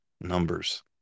numbers